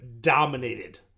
dominated